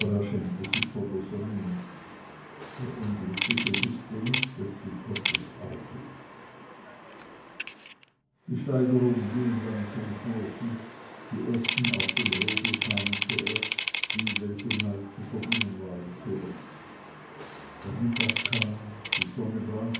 schämte sich vor der sonne nicht der unglückliche wußte nicht daß sie gottes auge ist die steigerung ging langsam vor sich die ersten auf dem rodel kamen zuerst die welche neu zu verdingen waren zuletzt der mittag kam die sonne brannte